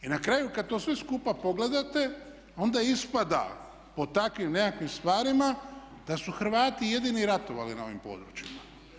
I na kraju kad to sve skupa pogledate onda ispada po takvim nekakvim stvarima da su Hrvati jedini ratovali na ovim područjima.